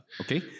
okay